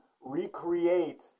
recreate